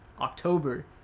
October